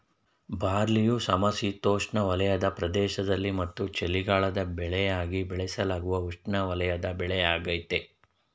ಬಾರ್ಲಿಯು ಸಮಶೀತೋಷ್ಣವಲಯದ ಪ್ರದೇಶದಲ್ಲಿ ಮತ್ತು ಚಳಿಗಾಲದ ಬೆಳೆಯಾಗಿ ಬೆಳೆಸಲಾಗುವ ಉಷ್ಣವಲಯದ ಬೆಳೆಯಾಗಯ್ತೆ